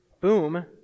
boom